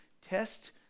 test